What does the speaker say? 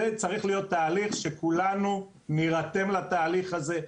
זה צריך להיות תהליך שכולנו נירתם לתהליך הזה.